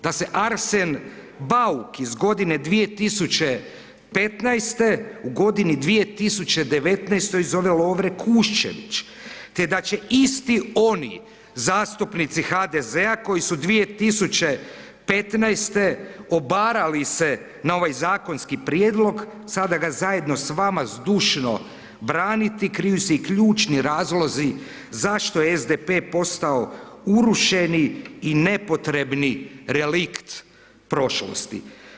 Da se Arsen Bauk iz godine 2015. u godini 2019. zove Lovre Kuščević te da će isti oni zastupnici HDZ-a koji su 2015. obarali se na ovaj zakonski prijedlog, sada ga zajedno s vama zdušno braniti, kriju se i ključni razlozi zašto je SDP postao urušeni i nepotrebni relikt prošlosti.